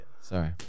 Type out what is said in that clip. Sorry